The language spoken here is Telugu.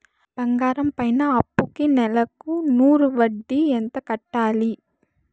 బంగారం పైన అప్పుకి నెలకు నూరు వడ్డీ ఎంత కట్టాలి?